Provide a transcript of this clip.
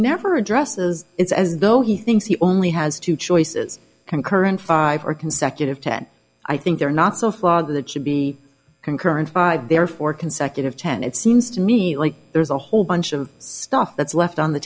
never addresses it's as though he thinks he only has two choices concurrent five or consecutive ten i think they're not so flawed that should be concurrent five therefore consecutive ten it seems to me like there's a whole bunch of stuff that's left on the